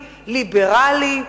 ליברלי,